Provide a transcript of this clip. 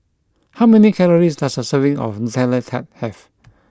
how many calories does a serving of Nutella Tart have